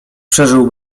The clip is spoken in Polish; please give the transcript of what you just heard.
przeżył